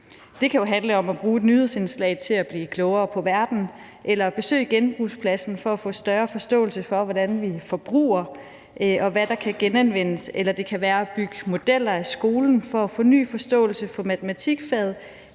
Det kan jo handle om at bruge et nyhedsindslag til at blive klogere på verden eller at besøge genbrugspladsen for at få større forståelse for, hvordan vi forbruger, og hvad der kan genanvendes, eller det kan være at bygge modeller i skolen for at få ny forståelse for matematikfaget